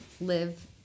live